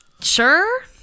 Sure